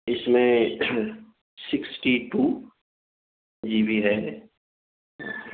اس میں sixty two G B RAM ہے